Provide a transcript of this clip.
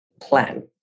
plan